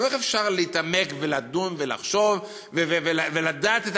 איך אפשר להתעמק ולדון ולחשוב ולדעת את